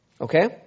Okay